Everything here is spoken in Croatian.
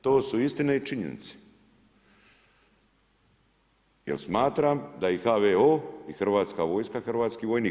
To su istine i činjenice jer smatram da i HVO i Hrvatska vojska hrvatski vojnik.